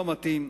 לא מתאים.